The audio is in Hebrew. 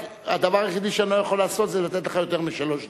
הדבר היחיד שאני לא יכול לעשות זה לתת לך יותר משלוש דקות.